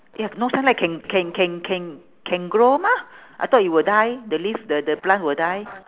eh no sunlight can can can can can grow mah I thought it will die the leaf the the plant will die